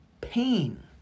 pain